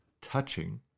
touching